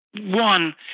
one